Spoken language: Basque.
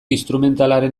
instrumentalaren